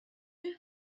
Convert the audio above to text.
you